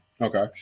Okay